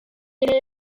ere